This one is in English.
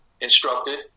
instructed